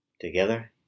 Together